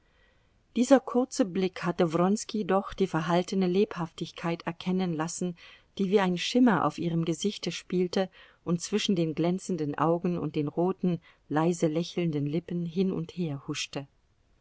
dieser kurze blick hatte wronski doch die verhaltene lebhaftigkeit erkennen lassen die wie ein schimmer auf ihrem gesichte spielte und zwischen den glänzenden augen und den roten leise lächelnden lippen hin und her huschte